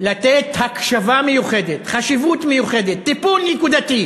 לתת הקשבה מיוחדת, חשיבות מיוחדת,